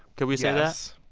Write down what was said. could we say that? yes.